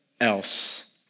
else